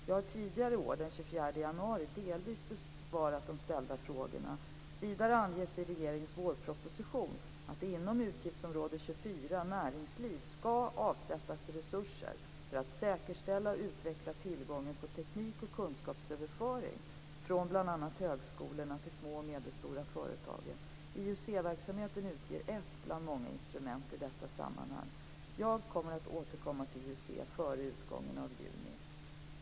Jag har tidigare i år, den 24 januari, delvis besvarat de ställda frågorna. Vidare anges i regeringens vårproposition att det inom utgiftsområde 24 Näringsliv skall avsättas resurser för att säkerställa och utveckla tillgången på teknik och kunskapsöverföring från bl.a. högskolorna till småoch medelstora företag. IUC-verksamheten utgör ett bland många instrument i detta sammanhang. Jag kommer att återkomma till IUC före utgången av juni.